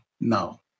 No